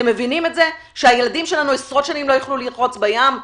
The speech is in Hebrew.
אתם מבינים את זה שהילדים שלנו עשרות שנים לא יוכלו לרחוץ בים?